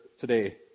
today